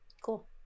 cool